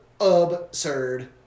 absurd